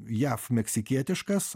jav meksikietiškas